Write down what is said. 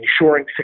ensuring